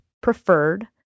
Preferred